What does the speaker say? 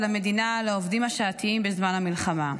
המדינה לעובדים השעתיים בזמן המלחמה.